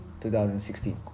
2016